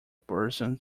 person